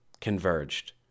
converged